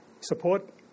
support